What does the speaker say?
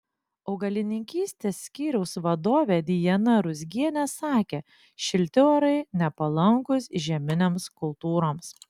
augalininkystės skyriaus vadovė dijana ruzgienė sakė šilti orai nepalankūs žieminėms kultūroms